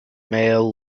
male